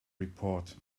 report